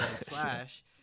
Slash